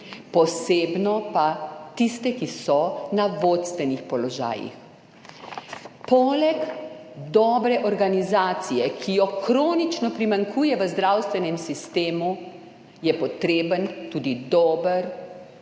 posebno pa tiste, ki so na vodstvenih položajih. Poleg dobre organizacije, ki jo kronično primanjkuje v zdravstvenem sistemu, je potreben tudi dober